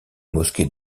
mosquée